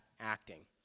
acting